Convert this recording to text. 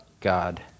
God